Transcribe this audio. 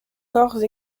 corps